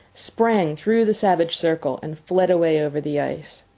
sprang through the savage circle and fled away over the ice.